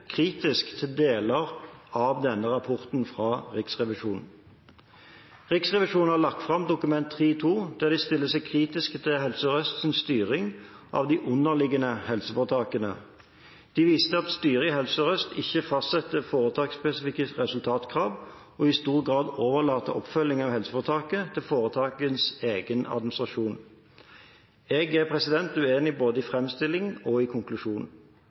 kritisk til deler av denne rapporten fra Riksrevisjonen. Riksrevisjonen har lagt fram Dokument 3:2 for 2013–2014, der de stiller seg kritisk til Helse Sør-Østs styring av de underliggende helseforetakene. De viser til at styret i Helse Sør-Øst ikke fastsetter foretaksspesifikke resultatkrav og i stor grad overlater oppfølging av helseforetak til foretakenes egen administrasjon. Jeg er uenig både i framstillingen og i konklusjonen.